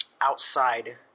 outside